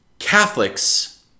Catholics